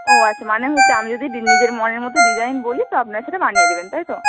ও আচ্ছা মানে হচ্ছে আমি যদি ডি নিজের মনের মতো ডিজাইন বলি তো আপনারা সেটা বানিয়ে দেবেন তাই তো